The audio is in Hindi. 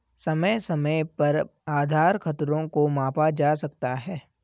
समय समय पर आधार खतरों को मापा जा सकता है